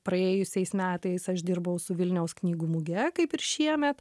praėjusiais metais aš dirbau su vilniaus knygų muge kaip ir šiemet